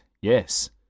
yes